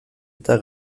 eta